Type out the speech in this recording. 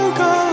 go